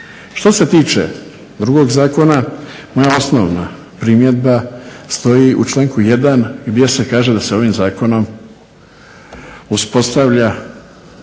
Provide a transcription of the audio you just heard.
Što se tiče drugog zakona, moja osnovna primjedba stoji u članku 1. gdje se kaže da se ovim zakonom uspostavlja